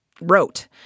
wrote